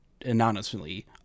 anonymously